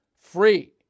free